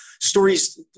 stories